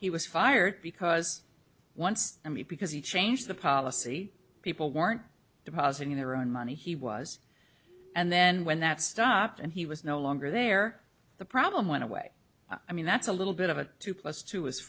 he was fired because once i mean because he changed the policy people weren't depositing their own money he was and then when that stopped and he was no longer there the problem went away i mean that's a little bit of a two plus two is